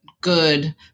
good